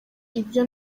ibyo